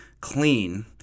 clean